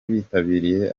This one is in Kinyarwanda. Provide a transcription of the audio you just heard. bitabiriye